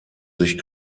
sich